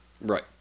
Right